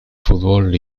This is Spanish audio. fútbol